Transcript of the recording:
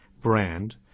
brand